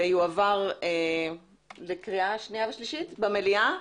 ויועבר לקריאה שנייה ושלישית במליאה,